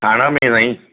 थाणा में साईं